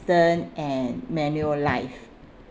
Eastern and Manulife